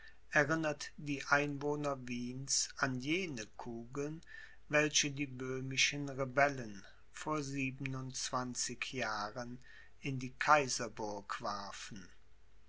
erinnert die einwohner wiens an jene kugeln welche die böhmischen rebellen vor siebenundzwanzig jahren in die kaiserburg warfen